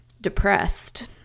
depressed